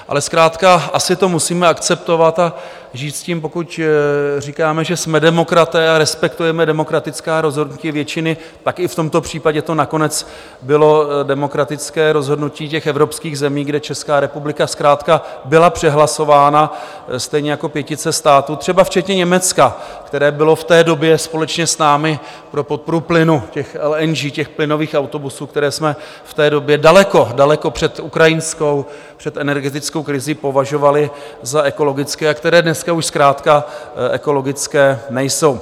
Ale zkrátka asi to musíme akceptovat a žít s tím, pokud říkáme, že jsme demokraté a respektujeme demokratická rozhodnutí většiny, tak i v tomto případě to nakonec bylo demokratické rozhodnutí evropských zemí, kde Česká republika zkrátka byla přehlasována, stejně jako pětice států, třeba včetně Německa, které bylo v té době společně s námi pro podporu plynu, LNG, plynových autobusů, které jsme v té době daleko, daleko před ukrajinskou, před energetickou krizí považovali za ekologické a které dneska už zkrátka ekologické nejsou.